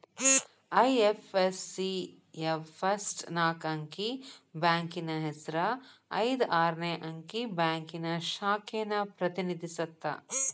IFSC ಯ first ನಾಕ್ ಅಂಕಿ ಬ್ಯಾಂಕಿನ್ ಹೆಸರ ಐದ್ ಆರ್ನೆ ಅಂಕಿ ಬ್ಯಾಂಕಿನ್ ಶಾಖೆನ ಪ್ರತಿನಿಧಿಸತ್ತ